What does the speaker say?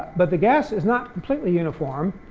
but the gas is not completely uniform.